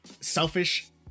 selfish